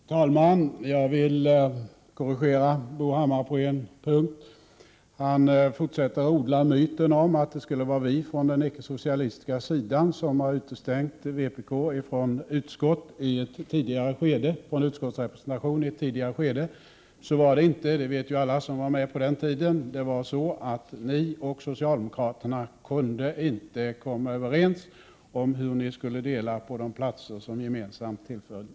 Herr talman! Jag vill korrigera Bo Hammar på en punkt. Han fortsätter att odla myten om att det skulle vara vi från den icke-socialistiska sidan som i ett tidigare skede har utestängt vpk från utskottsrepresentation. Så var det inte, det vet ju alla som var med på den tiden. Ni i vpk kunde inte komma överens med socialdemokraterna om hur ni skulle dela på de platser som gemensamt tillföll er.